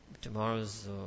Tomorrow's